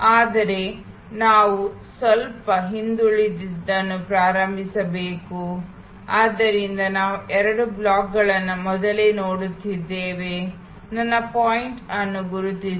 ಆದರೆ ನಾವು ಸ್ವಲ್ಪ ಹಿಂದುಳಿದದ್ದನ್ನು ಪ್ರಾರಂಭಿಸಬೇಕು ಆದ್ದರಿಂದ ನಾವು ಈ ಎರಡು ಬ್ಲಾಕ್ಗಳನ್ನು ಮೊದಲೇ ನೋಡುತ್ತಿದ್ದೇವೆ ನನ್ನ ಪಾಯಿಂಟರ್ ಅನ್ನು ಗುರುತಿಸಿ